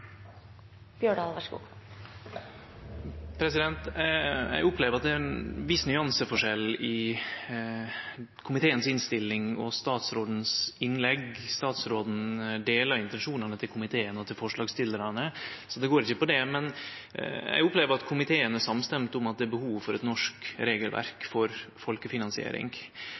til forslagsstillarane, så det går ikkje på det, men eg opplever at komiteen er samstemd om at det er behov for eit norsk regelverk for folkefinansiering.